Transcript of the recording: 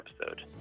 episode